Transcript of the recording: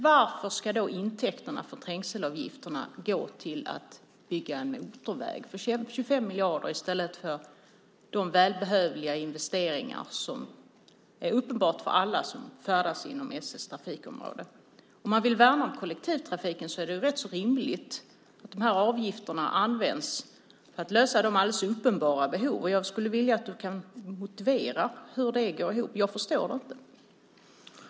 Varför ska intäkterna från trängselavgifterna gå till att bygga en motorväg för 25 miljarder i stället för till de välbehövliga investeringar som är uppenbara för alla som färdas inom SL:s trafikområde? Om man vill värna om kollektivtrafiken är det rätt så rimligt att dessa avgifter används för de alldeles uppenbara behov som finns. Jag skulle vilja att du motiverar hur det går ihop. Jag förstår inte det.